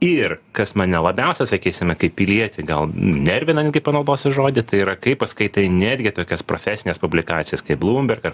ir kas mane labiausia sakysime kaip pilietį gal nervina netgi panaudosiu žodį tai yra kai paskaitai netgi tokias profesines publikacijas kaip bloomberg ar